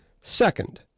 Second